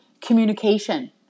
communication